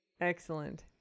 excellent